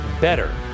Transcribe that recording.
better